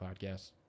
podcast